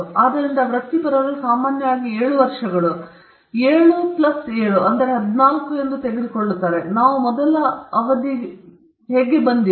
ಆದ್ದರಿಂದ ವೃತ್ತಿಪರರು ಸಾಮಾನ್ಯವಾಗಿ 7 ವರ್ಷಗಳು 7 ಪ್ಲಸ್ 7 14 ಅನ್ನು ತೆಗೆದುಕೊಳ್ಳುತ್ತಾರೆ ಅದು ನಾವು ಮೊದಲ ಅವಧಿಗೆ ಹೇಗೆ ಬಂದಿದೆ